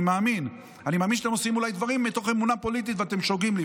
אני מאמין שאתם אולי עושים דברים מתוך אמונה פוליטית ואתם לפעמים שוגים,